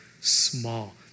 small